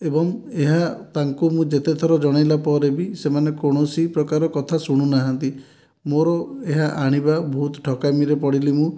ଏବଂ ଏହା ତାଙ୍କୁ ମୁଁ ଯେତେଥର ଜଣାଇଲା ପରେ ବି ସେମାନେ କୌଣସି ପ୍ରକାର କଥା ଶୁଣୁନାହାଁନ୍ତି ମୋର ଏହା ଆଣିବା ବହୁତ ଠକାମିରେ ପଡ଼ିଲି ମୁଁ